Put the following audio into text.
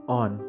on